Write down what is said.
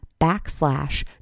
backslash